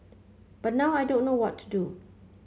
but now I don't know what to do